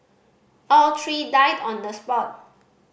all three died on the spot